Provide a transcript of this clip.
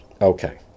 Okay